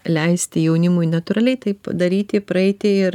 leisti jaunimui natūraliai taip daryti praeiti ir